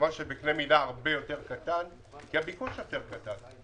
כמובן שבקנה מידה הרבה יותר קטן כי הביקוש יותר קטן.